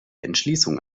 entschließung